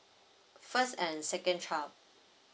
first and second child